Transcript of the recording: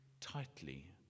tightly